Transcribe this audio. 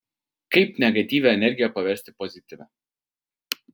kaip negatyvią energiją paversti pozityvia